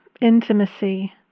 intimacy